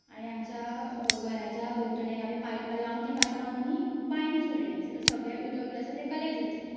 आनी आमच्या घराच्या भोंवतणी आमी पायपां लावन तीं पायपां आमी बांयन सोडलां सगलें उदक जें आसा तें कलेक्ट जातलें